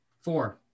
Four